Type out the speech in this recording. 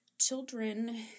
children